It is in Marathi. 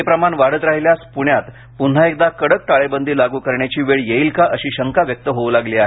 हे प्रमाण वाढत राहिल्यास प्ण्यात प्न्हा एकदा कडक टाळेबंदी लाग करण्याची वेळ येईल का अशी शंका व्यक्त होऊ लागली आहे